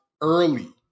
early